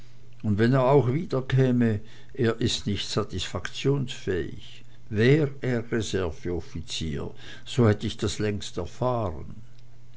und wenn er auch wiederkäme er ist nicht satisfaktionsfähig wär er reserveoffizier so hätt ich das längst erfahren